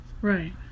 Right